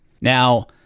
Now